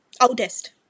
Oldest